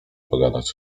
pogadać